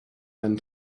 than